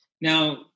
now